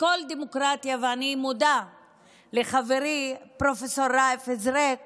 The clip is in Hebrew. בכל דמוקרטיה, ואני מודה לחברי ד"ר ראיף זריק